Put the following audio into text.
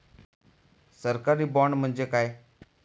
सरकारी बाँड म्हणजे काय?